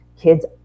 kids